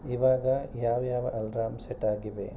ಇವಾಗ ಯಾವ್ಯಾವ alarm set ಆಗಿವೆ